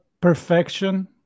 perfection